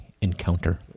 encounter